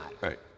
Right